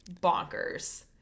bonkers